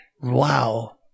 Wow